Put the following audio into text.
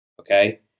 Okay